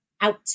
Out